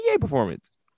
performance